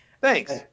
Thanks